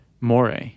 more